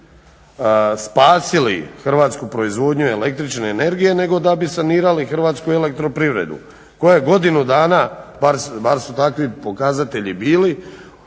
spasili hrvatsku proizvodnju električne energije nego da bi sanirali Hrvatsku elektroprivredu koja godinu dana, bar su takvi pokazatelji bili